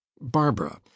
barbara